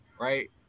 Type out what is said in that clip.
right